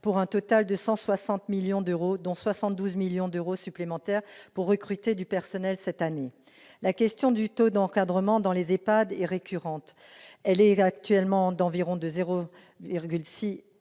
montant total de 160 millions d'euros, dont 72 millions d'euros supplémentaires pour recruter du personnel cette année. La question du taux d'encadrement dans les EHPAD est récurrente. Elle est actuellement d'environ 0,6